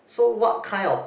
so what kind of